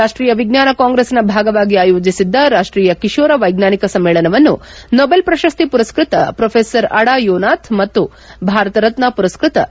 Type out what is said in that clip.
ರಾಷ್ಟೀಯ ವಿಜ್ಞಾನ ಕಾಂಗ್ರೆಸಿನ ಭಾಗವಾಗಿ ಆಯೋಜಿಸಿದ್ದ ರಾಷ್ಟೀಯ ಕಿಶೋರ ವೈಜ್ಞಾನಿಕ ಸಮ್ಮೇಳನವನ್ನು ನೋಬೆಲ್ ಪ್ರಶಸ್ತಿ ಮರಸ್ಟತ ಪ್ರೊಫೆಸರ್ ಅಡಾ ಯೋನಾಥ್ ಮತ್ತು ಭಾರತರತ್ನ ಮರಸ್ಟತ ವಿಜ್ಞಾನಿ ಪ್ರೊ